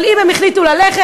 אבל אם הם החליטו ללכת,